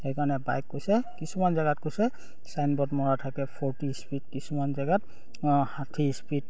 সেইকাৰণে বাইক কৈছে কিছুমান জেগাত কৈছে চাইন ব'ৰ্ড মৰা থাকে ফ'ৰ্টি স্পীড কিছুমান জেগাত ষাঠি স্পীড